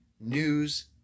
news